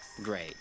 Great